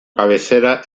cabecera